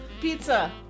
Pizza